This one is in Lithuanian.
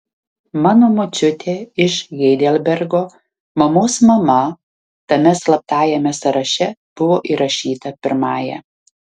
mano močiutė iš heidelbergo mamos mama tame slaptajame sąraše buvo įrašyta pirmąja